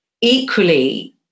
equally